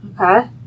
okay